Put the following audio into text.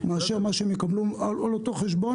מאשר מה שהם יקבלו על אותו חשבון.